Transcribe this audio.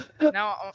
now